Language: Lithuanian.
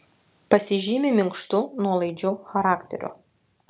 pasižymi minkštu nuolaidžiu charakteriu